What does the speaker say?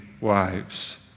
wives